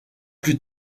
plus